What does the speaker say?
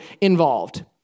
involved